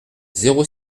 zéro